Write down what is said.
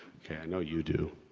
okay, i know you do.